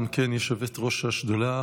גם כן יושבת-ראש השדולה,